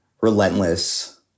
relentless